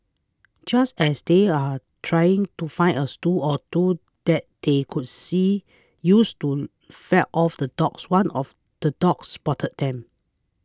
just as they are trying to find a or two that they could see use to fend off the dogs one of the dogs spotted them